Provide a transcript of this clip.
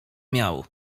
miał